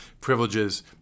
privileges